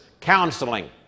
counseling